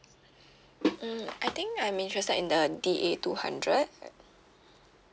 mm I think I'm interested in the D_A two hundred